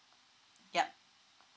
yup